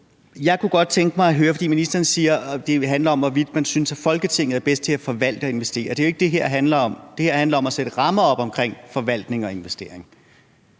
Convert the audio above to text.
men sådan var det så ikke. Ministeren siger, at det handler om, hvorvidt man synes, at Folketinget er bedst til at forvalte og investere. Det er jo ikke det, det her handler om. Det her handler om at sætte rammer op omkring forvaltning og investering,